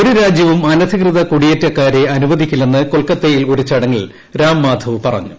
ഒരു രാജ്യവും അനധികൃത കുടിയേറ്റക്കാരെ അനുവദിക്കില്ലെന്ന് കൊൽക്കത്തയിൽ ഒരു ചടങ്ങിൽ രാം മാധവ് പറഞ്ഞു